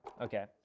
Okay